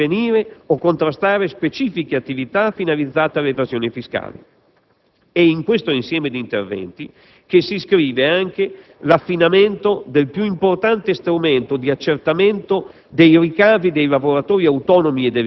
Un terzo gruppo di interventi è volto a prevenire o contrastare specifiche attività finalizzate all'evasione fiscale. È in questo insieme di interventi che si iscrive anche l'affinamento del più importante strumento di accertamento